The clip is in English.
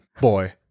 boy